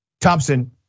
Thompson